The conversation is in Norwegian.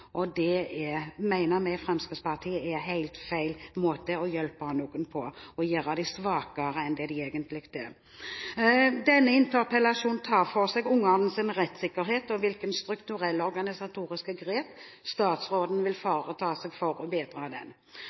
er, mener vi i Fremskrittspartiet er helt feil måte å hjelpe noen på. Denne interpellasjonen tar for seg barns rettssikkerhet og hvilke strukturelle organisatoriske grep statsråden vil foreta seg for å bedre den.